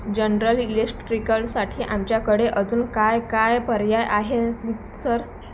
general इलेस्ट्रिकलसाठी आमच्याकडे अजून काय काय पर्याय आहे सर